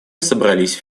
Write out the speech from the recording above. собрались